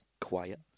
quiet